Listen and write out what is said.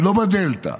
ולא בדלתא.